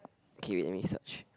okay I mean such